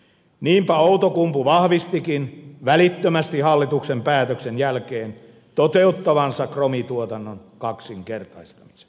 niinpä outokumpu vahvistikin välittömästi hallituksen päätöksen jälkeen toteuttavansa kromituotannon kaksinkertaistamisen